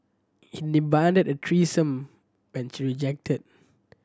he demanded a threesome which she rejected